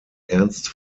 ernst